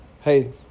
Hey